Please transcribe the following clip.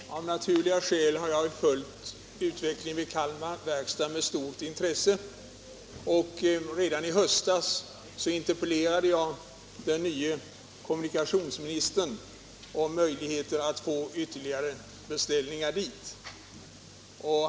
Herr talman! Av naturliga skäl har jag följt utvecklingen vid Kalmar Verkstad med stort intresse, och redan i höstas interpellerade jag den nye kommunikationsministern om möjligheten att få ytterligare beställningar dit.